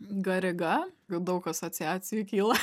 gariga daug asociacijų kyla